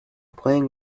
playing